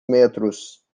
metros